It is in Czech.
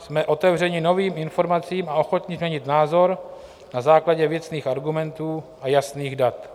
Jsme otevřeni novým informacím a ochotni změnit názor na základě věcných argumentů a jasných dat.